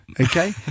okay